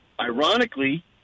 ironically